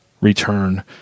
return